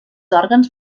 òrgans